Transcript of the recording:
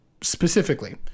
specifically